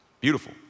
beautiful